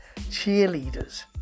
Cheerleaders